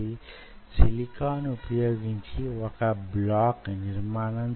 మీ వద్ద వొక silicon block వున్నది